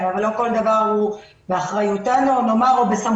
אבל לא כל דבר הוא באחריותנו או בסמכותנו,